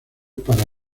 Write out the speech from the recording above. para